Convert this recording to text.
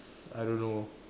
I don't know